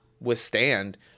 withstand